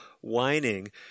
whining